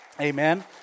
Amen